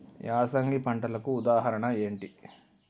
యాసంగి పంటలకు ఉదాహరణ ఏంటి?